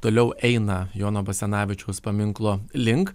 toliau eina jono basanavičiaus paminklo link